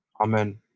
Amen